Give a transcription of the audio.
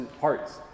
parts